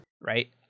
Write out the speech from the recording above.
right